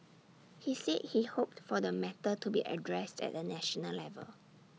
he said he hoped for the matter to be addressed at A national level